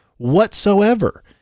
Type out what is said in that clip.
Whatsoever